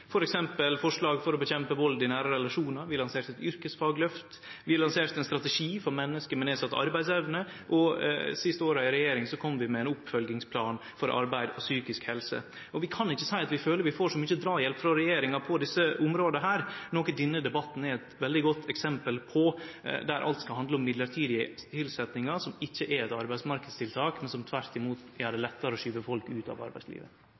rekkje forslag, f.eks. forslag for å kjempe mot vald i nære relasjonar, vi lanserte eit yrkesfagløft, vi lanserte ein strategi for menneske med nedsett arbeidsevne, og dei siste åra i regjering kom vi med ein oppfølgingsplan for arbeid og psykisk helse. Og vi kan ikkje seie at vi føler at vi får så mykje draghjelp frå regjeringa på desse områda, noko denne debatten er eit veldig godt eksempel på, der alt skal handle om mellombelse tilsetjingar, som ikkje er eit arbeidsmarknadstiltak, men som tvert imot gjer det lettare å skyve folk ut av arbeidslivet.